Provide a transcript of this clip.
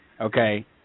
okay